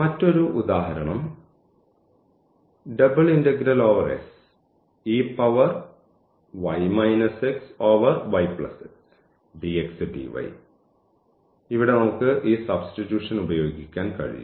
മറ്റൊരു ഉദാഹരണം ഇവിടെ നമുക്ക് ഈ സബ്സ്റ്റിറ്റ്യൂഷൻ ഉപയോഗിക്കാൻ കഴിയും